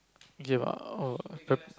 give ah all